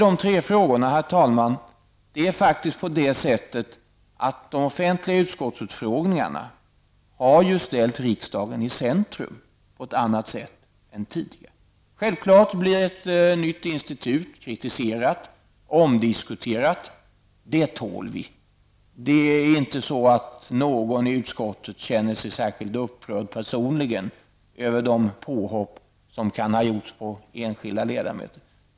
De offentliga utfrågningarna har ställt riksdagen i centrum på ett annat sätt än tidigare. Självklart blir ett nytt institut kritiserat och omdiskuterat. Det tål vi. Ingen i utskottet känner sig särskilt upprörd personligen över de påhopp som kan ha gjors på enskilda ledamöter.